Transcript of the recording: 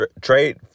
trade